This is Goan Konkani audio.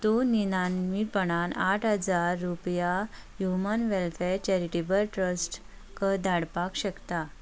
तूं निनांवीपणान आठ हजार रुपया ह्यूमन वॅलफॅर चॅरिटेबल ट्रस्टक धाडपाक शकता